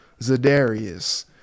Zadarius